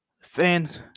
fans